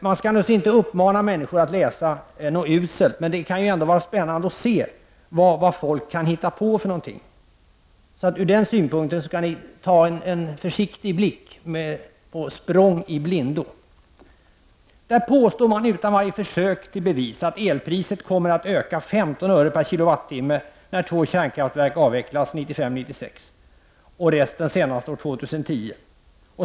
Man skall naturligtvis inte uppmana människor att läsa någonting uselt, men det kan ändå vara spännande att se vad folk kan hitta på. Sett ur den synpunkten vill jag uppmana er att ta en försiktig titt på Språng i blindo. Där påstår man, utan varje försök till bevis, att elpriset kommer att öka med 15 öre/kWh när två kärnkraftverk avvecklas 1995-1996 och resten år 2010.